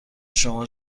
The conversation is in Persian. شما